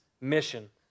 mission